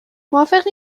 موافق